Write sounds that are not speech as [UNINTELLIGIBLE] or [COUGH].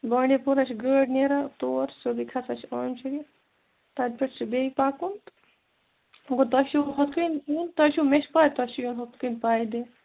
بانٛڈی پورہ چھِ گٲڑۍ نیران تور سیوٚدُے کھَسان چھِ [UNINTELLIGIBLE] شریٖف تَتہِ پٮ۪ٹھ چھِ بیٚیہِ پَکُن گوٚو تۄہہِ چھُو ہُتھ کٔنۍ یُن تۄہہِ چھُو مےٚ چھِ پَے تۄہہِ چھُو یُن ہُتھ کٔنۍ پَیدٔلۍ